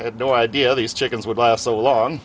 had no idea these chickens would last so long